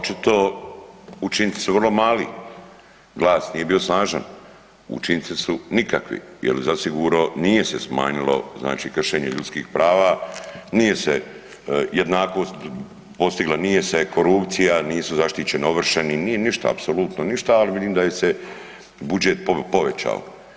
A očito učinci su vrlo mali, glas nije bio snažan, učinci su nikakvi jel zasigurno nije se smanjilo kršenje ljudskih prava, nije se jednakost postigla, nije se korupcija, nisu zaštićeni ovršeni, nije ništa, apsolutno ništa, ali vidim da je se budžet povećao.